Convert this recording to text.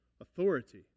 authority